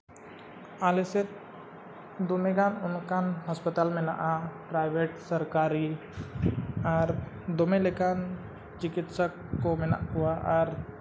ᱟᱞᱮ ᱥᱮᱫ ᱫᱚᱢᱮᱜᱟᱱ ᱚᱱᱠᱟᱱ ᱦᱟᱸᱥᱯᱟᱛᱟᱞ ᱢᱮᱱᱟᱜᱼᱟ ᱯᱨᱟᱭᱵᱷᱮᱹᱴ ᱥᱟᱨᱠᱟᱨᱤ ᱟᱨ ᱫᱚᱢᱮ ᱞᱮᱠᱟᱱ ᱪᱤᱠᱤᱛᱥᱟ ᱠᱚ ᱢᱮᱱᱟᱜ ᱠᱚᱣᱟ ᱟᱨ